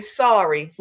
sorry